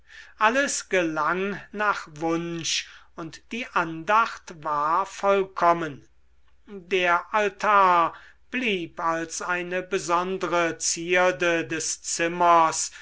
alles gelang nach wunsch und die andacht war vollkommen der altar blieb als eine besondre zierde des zimmers